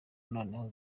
noneho